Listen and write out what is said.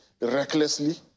recklessly